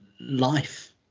Life